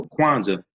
Kwanzaa